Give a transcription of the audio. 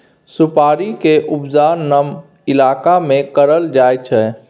सुपारी के उपजा नम इलाका में करल जाइ छइ